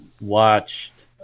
watched